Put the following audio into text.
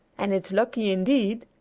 and it's lucky, indeed,